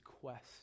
quest